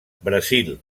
brasil